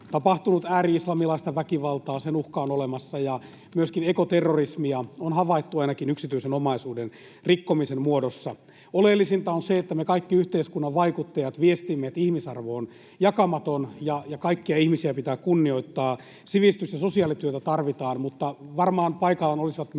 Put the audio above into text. tapahtunut ääri-islamilaista väkivaltaa, sen uhka on olemassa, ja myöskin ekoterrorismia on havaittu ainakin yksityisen omaisuuden rikkomisen muodossa. Oleellisinta on se, että me kaikki yhteiskunnan vaikuttajat viestimme, että ihmisarvo on jakamaton ja kaikkia ihmisiä pitää kunnioittaa. Sivistys‑ ja sosiaalityötä tarvitaan, mutta varmaan paikallaan olisivat myös